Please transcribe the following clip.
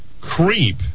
creep